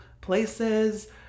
places